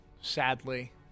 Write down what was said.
Sadly